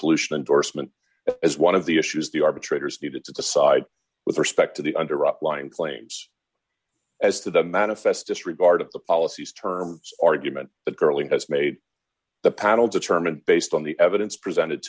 pollution endorsement as one of the issues the arbitrators needed to decide with respect to the under applying claims as to the manifest disregard of the policies terms argument the girlie has made the panel determined based on the evidence presented